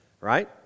right